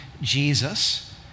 Jesus